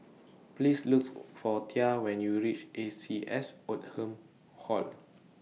Please looks For Tia when YOU REACH A C S Oldham Hall